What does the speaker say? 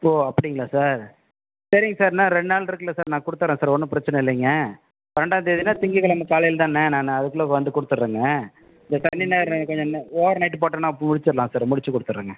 ஓ அப்டிங்களா சார் சேரிங்க சார் இன்னும் ரெண்டு நாள் இருக்குல்லை சார் நான் கொடுத்துட்றேன் சார் ஒன்றும் பிரச்சனை இல்லைங்க பன்னரெண்டா தேதினால் திங்கட் கிழமை காலையில் தானே நான் நான் அதுக்குள்ளே வந்து கொடுத்துட்றேங்க இந்த சனி ஞாயிறு கொஞ்சம் ஓவர்நைட் போட்டோம்னால் முடிச்சுர்லாம் சார் முடிச்சு கொடுத்துட்றேங்க